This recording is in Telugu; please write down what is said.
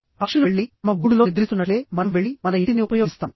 పక్షులు వెళ్లి తమ గూడులో నిద్రిస్తున్నట్లే మనం వెళ్లి మన ఇంటిని ఉపయోగిస్తాము